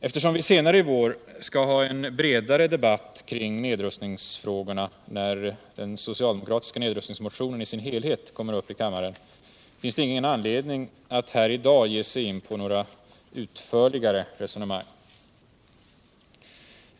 Eftersom vi senare i vår skall ha en bredare debatt kring nedrustningsfrågorna, när den socialdemokratiska nedrustningsmotionen i sin helhet kommer upp i kammaren, finns ingen anledning att här i dag ge sig in på några utförligare resonemang.